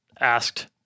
asked